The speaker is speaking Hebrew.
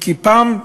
פעם,